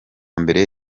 mbere